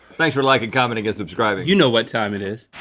thanks for liking, commenting and subscribing. you know what time it is.